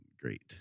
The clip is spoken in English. Great